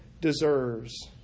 deserves